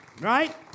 right